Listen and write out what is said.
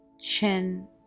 Chin